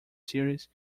series